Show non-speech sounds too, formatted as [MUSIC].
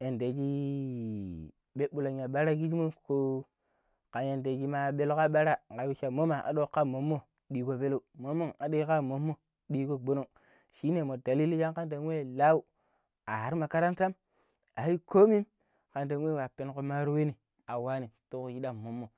yanda [HESITATION] bebbulon ya bara kiji mon ka yanda shi ma bara sha mo ma hadu kan mommo diiƙo peleu mommo hadi kan mommommo diiƙo gɓonong shinema dalili shanga wei lau aa aru makarantan ayu komin kandan wei wa penuƙo maaro weini a wani tuko shidam mommo.